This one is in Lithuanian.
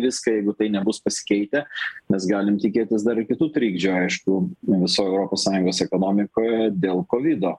viską jeigu tai nebus pasikeitę mes galim tikėtis dar ir kitų trikdžių aišku visoj europos sąjungos ekonomikoje dėl kovido